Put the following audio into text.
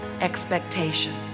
expectation